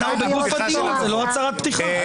זאת לא הצהרת פתיחה.